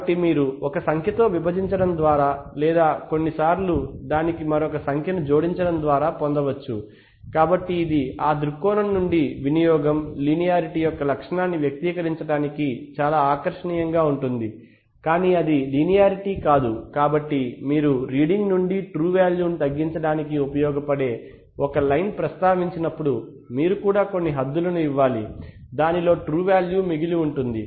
కాబట్టి మీరు ఒక సంఖ్యతో విభజించడం ద్వారా లేదా కొన్నిసార్లు దానికి మరొక సంఖ్యను జోడించడం ద్వారా పొందవచ్చు కాబట్టి ఇది ఆ దృక్కోణం నుండి వినియోగం లీనియారిటీ యొక్క లక్షణాన్ని వ్యక్తీకరించడానికి చాలా ఆకర్షణీయంగా ఉంటుంది కానీ అది లీనియర్ కాదు కాబట్టి మీరు రీడింగ్ నుండి ట్రూ వాల్యూ ను తగ్గించడానికి ఉపయోగపడే ఒక లైన్ ప్రస్తావించినప్పుడు మీరు కూడా కొన్ని హద్దులను ఇవ్వాలి దానిలో ట్రూ వాల్యూ మిగిలి ఉంటుంది